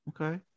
okay